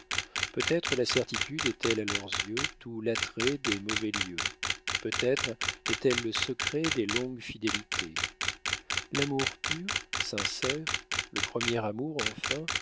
peut-être la certitude est-elle à leurs yeux tout l'attrait des mauvais lieux peut-être est-elle le secret des longues fidélités l'amour pur sincère le premier amour enfin